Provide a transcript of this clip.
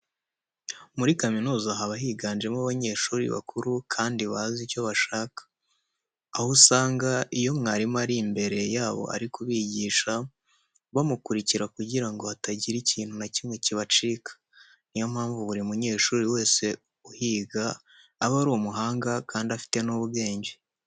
Muri kaminuza haba higamo abanyeshuri bakuru kandi baba bazi icyo bashaka, aho usanga iyo mwarimu ari imbere yabo ari kubigisha bamukurikira kugira ngo hatagira ikintu na kimwe kibacika. Niyo mpamvu buri munyeshuri wese uhiga aba ari umuhanga kandi afite n'ubwenge.